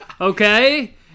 Okay